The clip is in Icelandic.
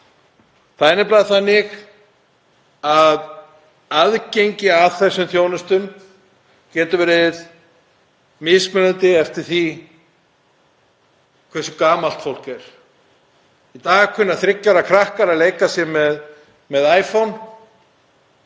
Það er nefnilega þannig að aðgengi að þessari þjónustu getur verið mismunandi eftir því hversu gamalt fólk er. Í dag kunna þriggja ára krakkar að leika sér með iPhone